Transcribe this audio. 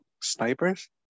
snipers